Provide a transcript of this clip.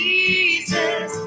Jesus